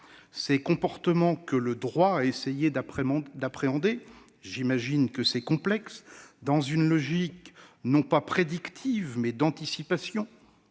Ces comportements que le droit a essayé d'appréhender- j'imagine que c'est complexe -, dans une logique non pas prédictive, mais d'anticipation-